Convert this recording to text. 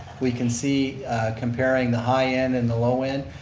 we can see comparing the high end and the low end.